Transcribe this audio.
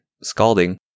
scalding